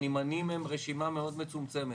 הנמענים הם רשימה מאוד מצומצמת.